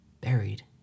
buried